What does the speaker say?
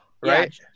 right